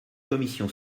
commission